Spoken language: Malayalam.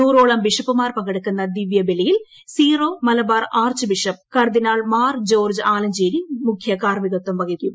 നൂറോളം ബിഷപ്പുമാർ പങ്കെടുക്കുന്ന ദിവൃബലിയിൽ സീറോ മലബാർ ആർച്ച് ബിഷപ്പ് കർദിനാൾ മാർ ജോർജ് ആലഞ്ചേരി മുഖ്യകാർമികത്വം വഹിക്കും